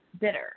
Bitter